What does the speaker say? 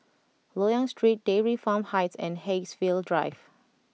Loyang Street Dairy Farm Heights and Haigsville Drive